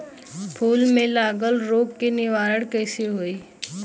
फूल में लागल रोग के निवारण कैसे होयी?